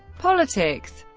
politics